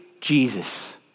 Jesus